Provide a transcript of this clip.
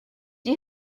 you